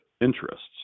interests